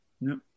No